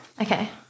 Okay